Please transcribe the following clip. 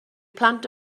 plant